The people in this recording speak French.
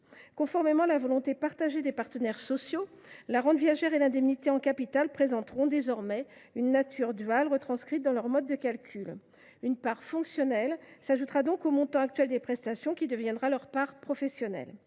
Conformément à leur volonté, la rente viagère et l’indemnité en capital présenteront, désormais, une nature duale retranscrite dans leur mode de calcul. Une part fonctionnelle s’ajoutera donc au montant actuel des prestations, qui deviendra leur part professionnelle.